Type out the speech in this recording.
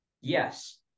Yes